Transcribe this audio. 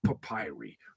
papyri